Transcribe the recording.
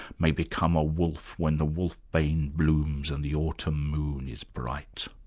may become a wolf when the wolfbane blooms and the autumn moon is bright.